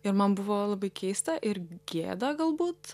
ir man buvo labai keista ir gėda galbūt